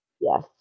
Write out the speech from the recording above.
Yes